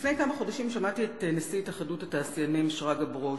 לפני כשנה שמעתי את נשיא התאחדות התעשיינים שרגא ברוש.